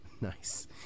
Nice